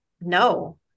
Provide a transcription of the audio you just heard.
no